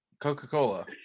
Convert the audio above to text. Coca-Cola